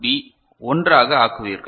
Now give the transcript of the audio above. B 1 ஆக ஆக்குவீர்கள்